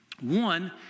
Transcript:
One